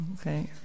Okay